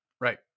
right